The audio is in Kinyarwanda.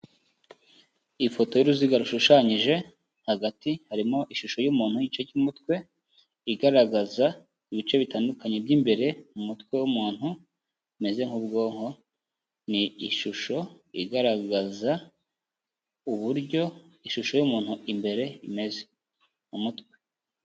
Ifoto y'uruziga rushushanyije, hagati harimo ishusho y'umuntu igice cy'umutwe, igaragaza ibice bitandukanye by'imbere, mu mutwe w'umuntu bimeze nk'ubwonko, ni ishusho igaragaza uburyo ishusho y'umuntu imbere imeze mu mutwe.